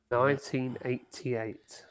1988